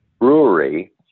Brewery